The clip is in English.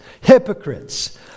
hypocrites